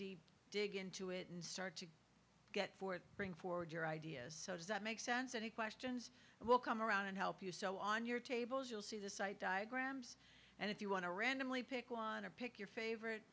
deep dig into it and start to get for it bring forward your ideas so does that make sense any questions and will come around and help you so on your tables you'll see the site diagrams and if you want to randomly pick wanna pick your favorite